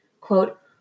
Quote